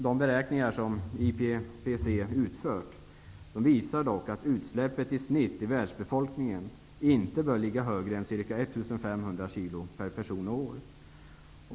De beräkningar som IPPC utfört visar dock att utsläppet i snitt i världsbefolkningen inte bör ligga högre än ca 1 500 kg/person och år.